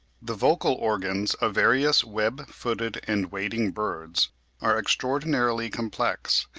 the vocal organs of various web-footed and wading birds are extraordinarily complex,